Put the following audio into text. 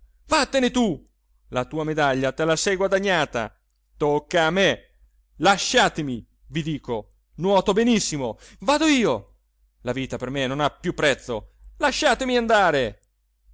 vattene tu la tua medaglia te la sei guadagnata tocca a me lasciatemi vi dico nuoto benissimo vado io la vita per me non ha piú prezzo lasciatemi andare